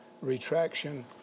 retraction